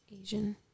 Asian